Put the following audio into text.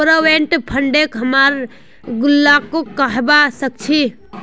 provident फंडक हमरा गुल्लको कहबा सखछी